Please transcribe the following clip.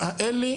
שהיא כל כך דלה,